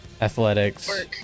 Athletics